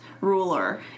ruler